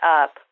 up